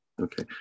Okay